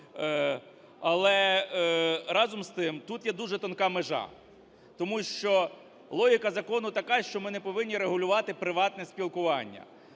Але, разом з тим, тут є дуже тонка межа, тому що логіка закону така, що ми не повинні регулювати приватне спілкування.